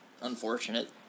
unfortunate